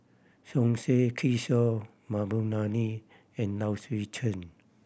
Som Said Kishore Mahbubani and Low Swee Chen